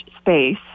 space